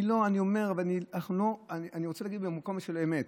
אני רוצה להגיד ממקום של אמת,